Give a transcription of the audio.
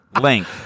Link